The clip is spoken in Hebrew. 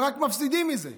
הם רק מפסידים מזה.